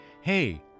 hey